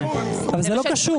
זה לא קשור.